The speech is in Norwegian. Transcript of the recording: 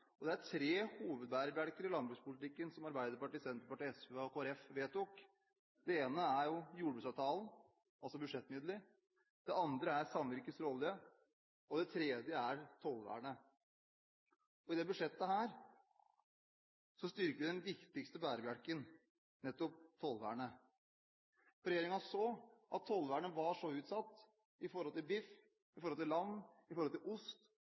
vilje. Det er tre hovedbærebjelker i landbrukspolitikken som Arbeiderpartiet, Senterpartiet, SV og Kristelig Folkeparti vedtok. Det ene er jordbruksavtalen, altså budsjettmidler, det andre er samvirkets rolle, og det tredje er tollvernet. I dette budsjettet styrker vi den viktigste bærebjelken, nemlig tollvernet. Regjeringen så at tollvernet var så utsatt når det gjaldt biff, lam og ost at hvis vi ønsket å sikre et landbruk og en næringsmiddelindustri i